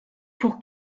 pour